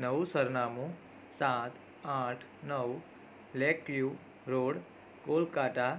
નવું સરનામું સાત આઠ નવ લેક વ્યૂ રોડ કોલકાતા